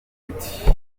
ati